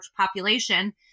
population